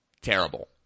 terrible